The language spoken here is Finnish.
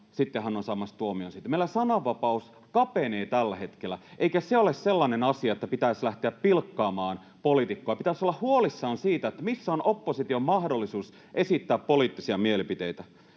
sitten hän on saamassa tuomion siitä. Meillä sananvapaus kapenee tällä hetkellä, eikä se ole sellainen asia, että pitäisi lähteä pilkkaamaan poliitikkoja. Pitäisi olla huolissaan siitä, missä on opposition mahdollisuus esittää poliittisia mielipiteitä,